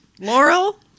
Laurel